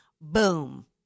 Boom